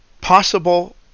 possible